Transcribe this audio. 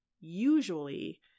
usually